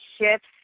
shift